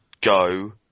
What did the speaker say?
go